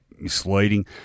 misleading